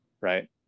right